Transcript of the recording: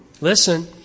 listen